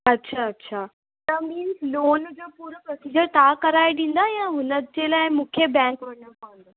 अछा अछा त मिंस लोन जो पूरो प्रोसिजर तव्हां कराए ॾींदा या हुन जे लाइ मूंखे बैंक वञिणो पवंदो